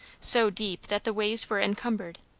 so deep that the ways were encumbered,